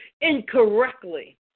incorrectly